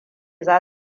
za